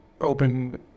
open